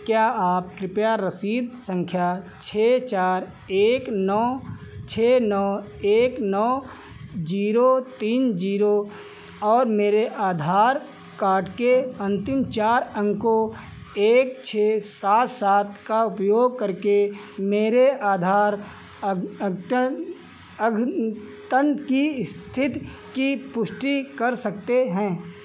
क्या आप रसीद संख्या छः चार एक नौ छः नौ एक नौ जीरो तीन जीरो और मेरे आधार कार्ड के अन्तिम चार अंकों एक छः सात सात का उपयोग करके मेरे आधार अद्यतन की की पुष्टि कर सकते हैं